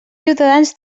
ciutadans